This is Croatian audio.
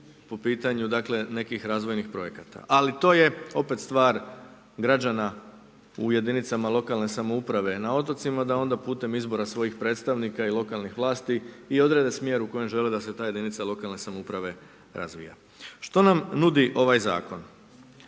po pitanju nekih razvojnih projekata. Ali to je opet stvar građana u jedinicama lokalne samouprave. Na otocima da onda putem izbora svojih predstavnika i lokalnih vlasti i odrede smjer u kojem žele da se ta jedinica lokalne samouprave razvija. Što nam nudi ovaj zakon?